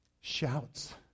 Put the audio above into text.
shouts